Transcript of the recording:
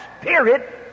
spirit